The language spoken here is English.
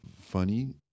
funny